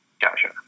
Gotcha